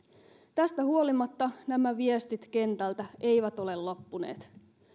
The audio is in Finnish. tästä huolimatta nämä viestit kentältä eivät ole loppuneet